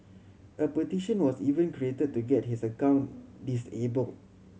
a petition was even created to get his account disabled